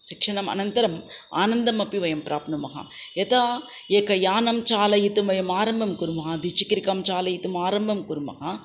शिक्षणम् अनन्तरम् आनन्दमपि वयं प्राप्नुमः यदा एकं यानं चालयितुं वयम् आरम्भं कुर्मः द्विचक्रिकां चालयितुं आरम्भं कुर्मः